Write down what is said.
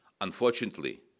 unfortunately